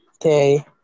Okay